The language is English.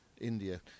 India